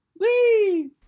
Wee